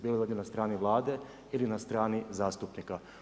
Bilo da je na strani Vlade ili na strani zastupnika.